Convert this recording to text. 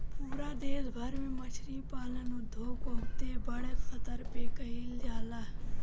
पूरा देश भर में मछरी पालन उद्योग बहुते बड़ स्तर पे कईल जाला